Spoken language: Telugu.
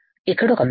ఇక్కడ ఒక మెటల్